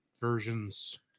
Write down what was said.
versions